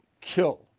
kill